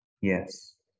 Yes